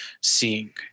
seeing